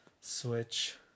switch